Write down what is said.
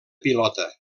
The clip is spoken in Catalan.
pilota